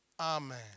Amen